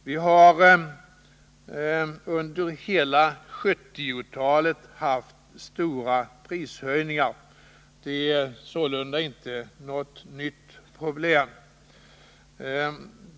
Vi har under hela 1970-talet haft stora prishöjningar. Det är sålunda inte något nytt problem.